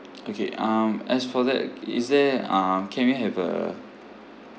okay um as for that is there uh can we have a